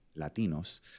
Latinos